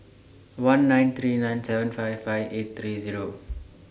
one nine three nine seven five five eight three Zero